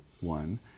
one